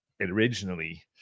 originally